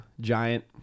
Giant